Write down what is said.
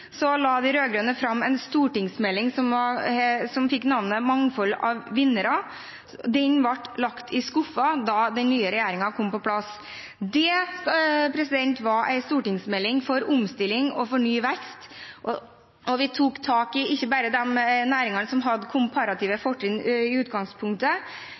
la de rød-grønne fram en stortingsmelding som fikk navnet «Mangfold av vinnere». Den ble lagt i skuffen da den nye regjeringen kom på plass. Det var en stortingsmelding for omstilling og for ny vekst, og vi tok tak i ikke bare de næringene som hadde komparative fortrinn i utgangspunktet,